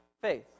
faith